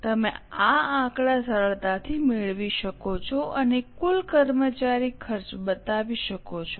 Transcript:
તમે આ આંકડા સરળતાથી મેળવી શકો છો અને કુલ કર્મચારી ખર્ચ બતાવી શકો છો